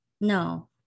no